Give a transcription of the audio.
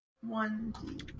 One